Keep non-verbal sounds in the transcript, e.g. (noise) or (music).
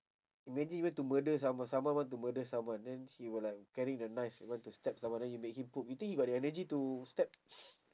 imagine you want to murder someone someone want to murder someone then he will like carry the knife he want to stab someone then you make him poop you think he got the energy to stab (noise)